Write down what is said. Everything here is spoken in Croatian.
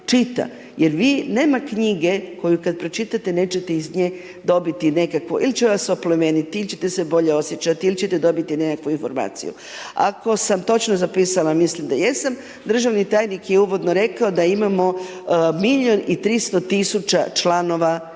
jer vi, nema knjige koju kad pročitate nećete iz nje dobiti nekakvu, il će vas oplemeniti, il ćete se bolje osjećati, il ćete dobiti nekakvu informaciju. Ako sam točno zapisala, mislim da jesam, državni tajnik je uvodno rekao da imamo 1.300.000 članova knjižnica,